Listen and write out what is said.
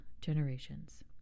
generations